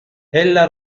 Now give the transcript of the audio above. ella